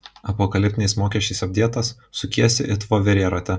apokaliptiniais mokesčiais apdėtas sukiesi it voverė rate